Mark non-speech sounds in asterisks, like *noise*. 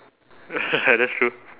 *laughs* that's true